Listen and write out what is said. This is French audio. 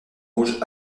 rouge